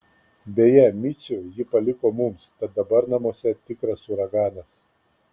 beje micių ji paliko mums tad dabar namuose tikras uraganas